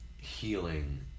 healing